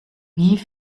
wie